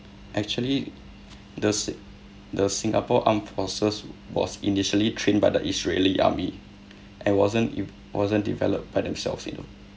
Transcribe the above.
actually the sing~ the singapore armed forces was initially train by the israeli army and wasn't it wasn't developed by themselves you know